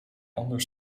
anders